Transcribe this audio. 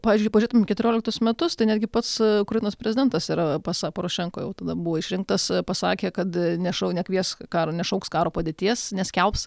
pavyzdžiui pažiūrėtum į keturioliktus metus tai netgi pats ukrainos prezidentas yra porošenka jau tada buvo išrinktas pasakė kad nešu nekvies karo nešau karo padėties neskelbs